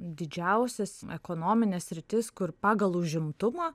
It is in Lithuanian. didžiausias ekonomines sritis kur pagal užimtumą